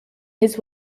his